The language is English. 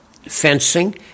Fencing